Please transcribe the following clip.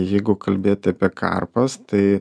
jeigu kalbėti apie karpas tai